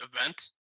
event